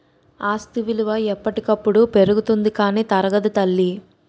ఆస్తి విలువ ఎప్పటికప్పుడు పెరుగుతుంది కానీ తరగదు తల్లీ